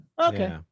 Okay